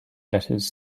letters